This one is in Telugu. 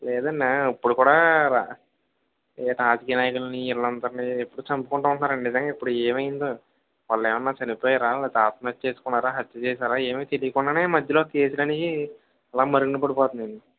లేదన్నా ఇప్పుడు కూడా రా రాజకీయ నాయకులని ఈల్లందరిని ఎప్పుడూ చంపుకుంటూ ఉంటన్నారండి నిజంగా ఇప్పుడు ఏమైందో వాళ్ళేమన్నా చనిపోయారా లేదా ఆత్మహత్య చేసుకున్నారా హత్య చేశారా ఏమీ తెలియకుండానే మధ్యలో కేసులనేవి అలా మరుగున పడిపోతున్నాయి